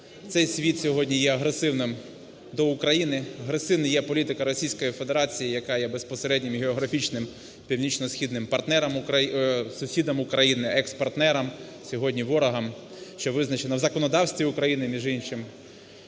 Цей світ сьогодні є агресивним до України, агресивною є політика Російської Федерації, яка є безпосереднім географічним північно-східним партнером… сусідом України, екс-партнером, сьогодні – ворогом, що визначено в законодавстві України, між іншим.